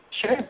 Sure